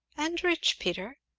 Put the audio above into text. and rich, peter?